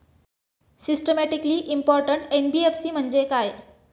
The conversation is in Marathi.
सिस्टमॅटिकली इंपॉर्टंट एन.बी.एफ.सी म्हणजे काय?